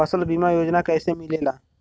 फसल बीमा योजना कैसे मिलेला?